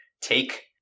take